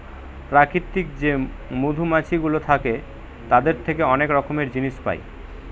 প্রাকৃতিক যে মধুমাছিগুলো থাকে তাদের থেকে অনেক রকমের জিনিস পায়